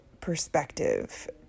perspective